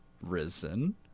risen